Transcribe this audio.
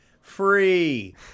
Free